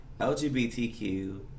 LGBTQ